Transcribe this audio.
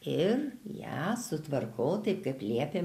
ir ją sutvarkau taip kaip liepė